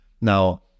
Now